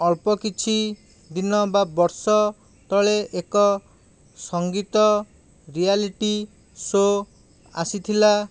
ଅଳ୍ପ କିଛି ଦିନ ବା ବର୍ଷ ତଳେ ଏକ ସଙ୍ଗୀତ ରିଆଲିଟି ସୋ ଆସିଥିଲା